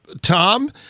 Tom